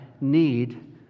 need